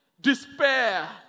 despair